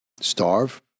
Starve